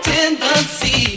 Tendency